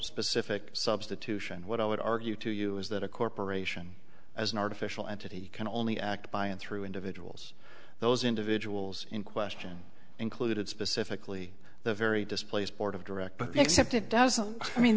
specific substitution what i would argue to you is that a corporation as an artificial entity can only act by and through individuals those individuals in question included specifically the very displaced board of directors except it doesn't mean